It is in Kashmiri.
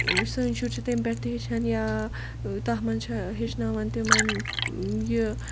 سٲنۍ شُرۍ چھِ تٔمۍ پٮ۪ٹھ تہِ ہیٚچھان یا تَتھ منٛز چھِ ہیٚچھناوان تِمَن یہِ